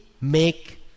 make